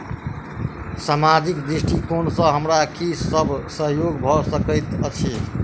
सामाजिक दृष्टिकोण सँ हमरा की सब सहयोग भऽ सकैत अछि?